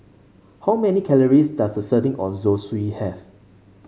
how many calories does a serving of Zosui have